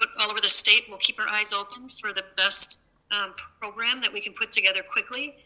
but all over the state, we'll keep our eyes open for the best um program that we can put together quickly.